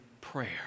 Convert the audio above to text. prayer